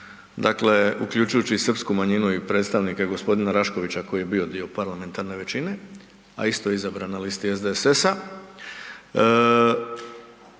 dakle uključujući i srpsku manjinu i predstavnike g. Raškovića koji je bio dio parlamentarne većine, a isto je izabran na listi SDSS-a.